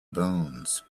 bones